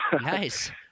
Nice